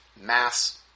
mass